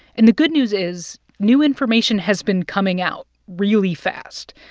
and the good news is new information has been coming out really fast.